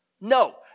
No